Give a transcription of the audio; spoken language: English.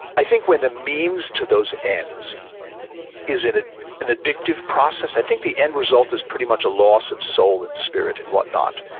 i think when the means to those ends is in ah an addictive process i think the end result is pretty much a loss of soul and spirit and whatnot.